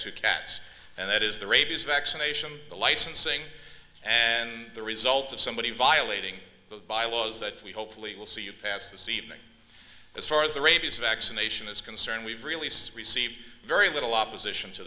to cats and that is the rabies vaccination the licensing and the result of somebody violating the bylaws that we hopefully will see you pass this evening as far as the rabies vaccination is concerned we've really received very little opposition to